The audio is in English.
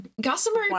Gossamer